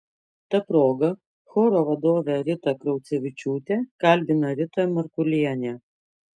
ta proga choro vadovę ritą kraucevičiūtę kalbina rita markulienė